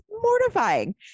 mortifying